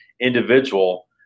individual